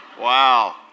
Wow